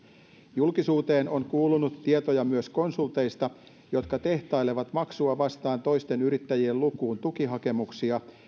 julkisuuteen on kuulunut tietoja myös konsulteista jotka tehtailevat maksua vastaan toisten yrittäjien lukuun tukihakemuksia